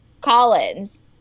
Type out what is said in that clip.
Collins